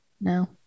No